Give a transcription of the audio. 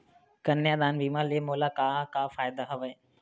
कन्यादान बीमा ले मोला का का फ़ायदा हवय?